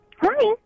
Hi